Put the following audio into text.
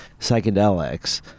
psychedelics